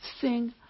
Sing